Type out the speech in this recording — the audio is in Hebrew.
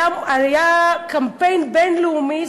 עלה קמפיין בין-לאומי,